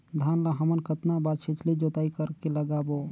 धान ला हमन कतना बार छिछली जोताई कर के लगाबो?